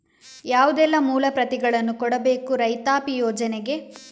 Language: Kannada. ಯಾವುದೆಲ್ಲ ಮೂಲ ಪ್ರತಿಗಳನ್ನು ಕೊಡಬೇಕು ರೈತಾಪಿ ಯೋಜನೆಗೆ?